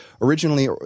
originally